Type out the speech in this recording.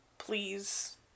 Please